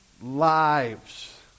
lives